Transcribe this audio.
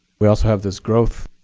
we also have this growth.